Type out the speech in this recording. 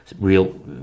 real